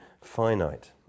finite